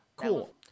cool